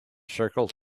circle